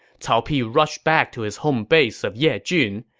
cao pi rushed back to his home base of yejun,